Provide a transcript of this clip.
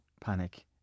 panic